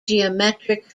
geometric